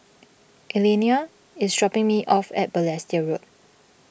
Elaina is dropping me off at Balestier Road